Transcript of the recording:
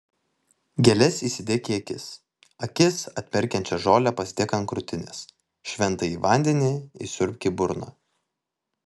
gėles įsidėk į akis akis atmerkiančią žolę pasidėk ant krūtinės šventąjį vandenį įsiurbk į burną